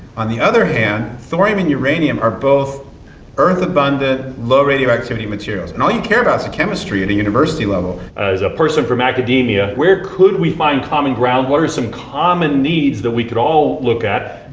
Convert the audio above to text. on the other hand, thorium and uranium are both earth-abundant, low radioactivity materials. and all you care about is chemistry at the university level. as a person from academia where could we find common ground? what are some common needs that we could all look at?